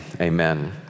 amen